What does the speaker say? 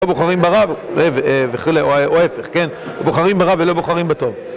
לא בוחרים ברע, וכו', או ההפך, כן, בוחרים ברע ולא בוחרים בטוב.